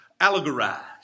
allegorized